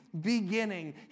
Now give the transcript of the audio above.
beginning